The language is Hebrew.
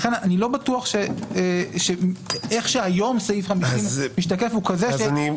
לכן אני לא בטוח שהאופן בו משתקף סעיף 50 היום הוא כזה שאם